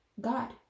God